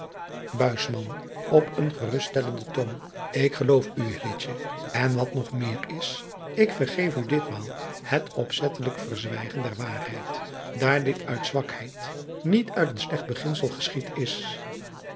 geruststellenden toon ik geloof u hilletje en wat nog meer is ik vergeef u ditmaal het opzettelijk verzwijgen der waarheid daar dit uit zwakheid niet uit een slecht beginsel geschied is